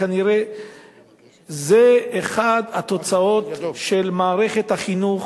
וכנראה זו אחת התוצאות של מערכת החינוך,